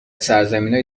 سرزمینای